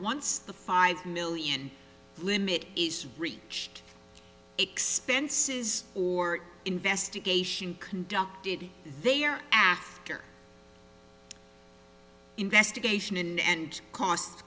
once the five million limit is reached expenses or investigation conducted there after investigation and